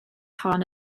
hon